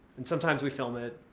and sometimes we film it.